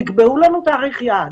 תקבעו לנו תאריך יעד,